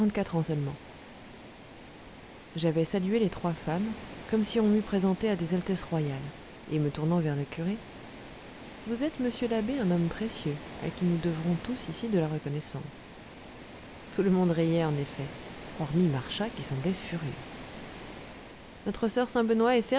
quarante-quatre ans seulement j'avais salué les trois femmes comme si on m'eût présenté à des altesses royales et me tournant vers le curé vous êtes monsieur l'abbé un homme précieux à qui nous devrons tous ici de la reconnaissance tout le monde riait en effet hormis marchas qui semblait furieux notre soeur